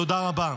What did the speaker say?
תודה רבה.